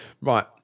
right